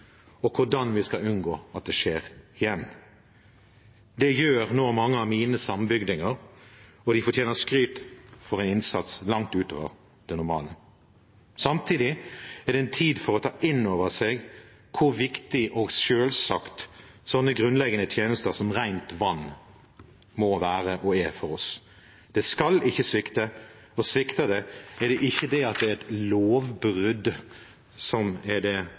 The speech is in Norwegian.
og hvordan vi skal unngå at det skjer igjen. Det gjør nå mange av mine sambygdinger, og de fortjener skryt for en innsats langt utover det normale. Samtidig er det en tid for å ta inn over seg hvor viktig og selvsagt grunnleggende tjenester som rent vann må være og er for oss. Det skal ikke svikte, og svikter det, er det ikke det at det er et lovbrudd, som er det